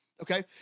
Okay